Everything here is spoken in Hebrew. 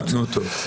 נו, טוב.